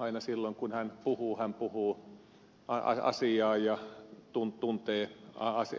aina silloin kun hän puhuu hän puhuu asiaa ja tuntee